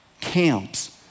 camps